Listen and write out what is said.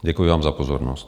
Děkuji vám za pozornost.